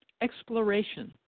exploration